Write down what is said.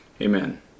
Amen